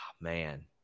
man